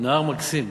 נהר מקסים,